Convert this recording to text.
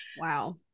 Wow